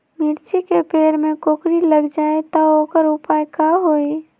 मिर्ची के पेड़ में कोकरी लग जाये त वोकर उपाय का होई?